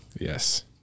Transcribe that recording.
Yes